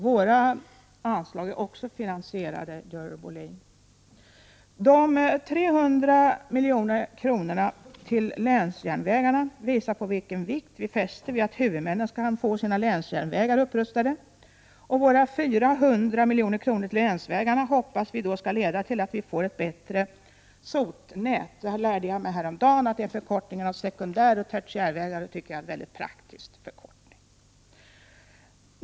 Våra anslag är också finansierade, Görel Bohlin. De 300 milj.kr. till länsjärnvägarna visar vilken vikt vi fäster vid att huvudmännen får sina länsjärnvägar upprustade, och de 400 milj.kr. till länsvägarna hoppas vi skall leda till ett bättre SOT-nät. Häromdagen lärde jag mig att denna förkortning betyder sekundäroch tertiärvägar. Det tycker jag är en mycket praktisk förkortning.